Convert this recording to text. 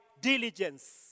diligence